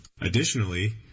Additionally